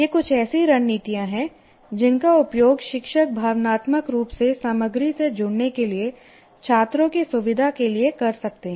ये कुछ ऐसी रणनीतियाँ हैं जिनका उपयोग शिक्षक भावनात्मक रूप से सामग्री से जुड़ने के लिए छात्रों की सुविधा के लिए कर सकते हैं